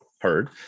heard